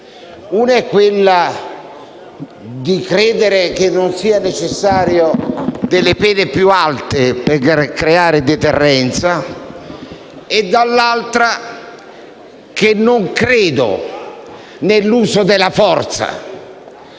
prima è quella di credere che non siano necessarie pene più alte per creare deterrenza, la seconda è che non credo nell'uso della forza,